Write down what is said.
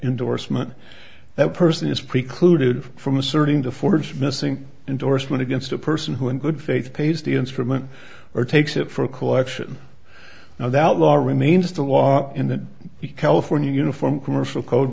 indorsement that person is precluded from asserting the force missing indorsement against a person who in good faith pays the instrument or takes it for collection now that law remains the law in the california uniform commercial code